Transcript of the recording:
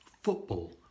football